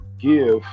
give